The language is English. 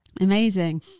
amazing